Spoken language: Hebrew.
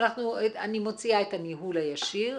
אבל אני מוציאה את הניהול הישיר,